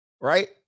right